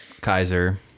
Kaiser